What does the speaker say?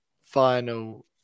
final